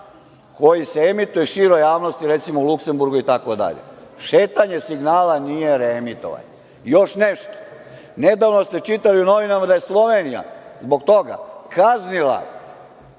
koji se emituju široj javnosti, recimo, u Luksemburgu itd, šetanje signala nije reemitovanje. Još nešto, nedavno ste čitali u novinama da je Slovenija zbog toga kaznila